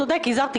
הוא צודק, יזהר שי.